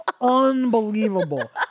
unbelievable